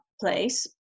place